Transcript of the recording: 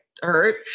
hurt